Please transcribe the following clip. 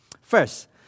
First